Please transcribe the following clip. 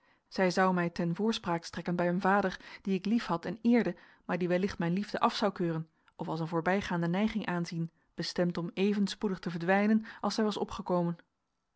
zij zou mij ten voorspraak strekken bij een vader dien ik liefhad en eerde maar die wellicht mijn liefde af zou keuren of als een voorbijgaande neiging aanzien bestemd om even spoedig te verdwijnen als zij was opgekomen